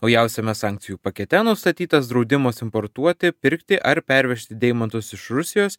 naujausiame sankcijų pakete nustatytas draudimas importuoti pirkti ar pervežti deimantus iš rusijos